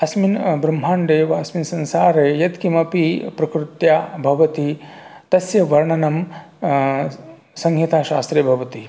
अस्मिन् ब्रह्माण्डे वा अस्मिन् संसारे यत्किमपि प्रकृत्या भवति तस्य वर्णनं संहिताशास्त्रे भवति